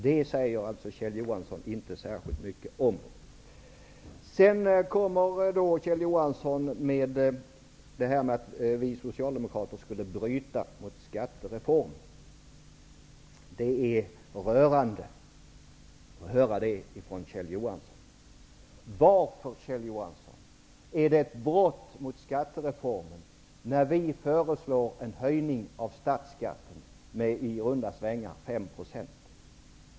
Det säger Kjell Johansson inte särskilt mycket om. Sedan kommer Kjell Johansson till detta att vi socialdemokrater skulle bryta mot skattereformen. Det är rörande att höra detta från Kjell Johansson. Varför, Kjell Johansson, är det ett brott mot skattereformen när vi föreslår en höjning av statsskatten med i runda svängar 5 %?